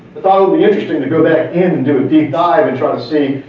will be interesting to go back in, do a deep dive and try to see,